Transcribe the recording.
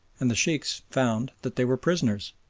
and the sheikhs found that they were prisoners.